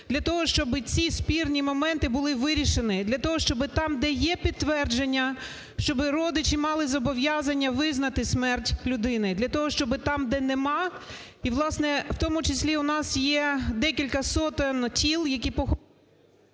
для того, щоб ці спірні моменти були вирішені, для того, щоб там, де є підтвердження, щоб родичі мали зобов'язання визнати смерть людини, для того, щоб там, де нема… І, власне, у тому числі у нас є декілька сотень тіл, які… ГОЛОВУЮЧИЙ.